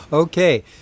Okay